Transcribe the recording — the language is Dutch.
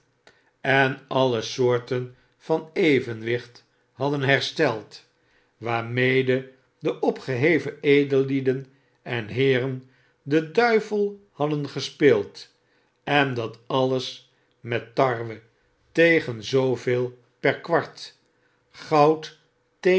en alle soorten van evenwicht hadden hersteld waarmede de opgeheven edellieden en heeren den duivel hadden gespeeld en dat alles met tarwe tegen zooveel per kwart goud